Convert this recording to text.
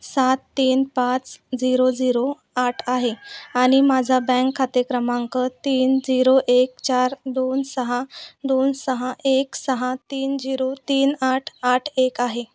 सात तीन पाच झिरो झिरो आठ आहे आणि माझा बँक खाते क्रमांक तीन झिरो एक चार दोन सहा दोन सहा एक सहा तीन झिरो तीन आठ आठ एक आहे